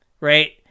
Right